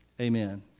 Amen